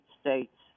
states